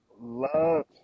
Love